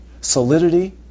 Solidity